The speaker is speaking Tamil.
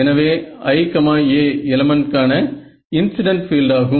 எனவே i A எலமன்ட்கான இன்சிடென்ட் பீல்டு ஆகும்